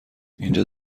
اینجا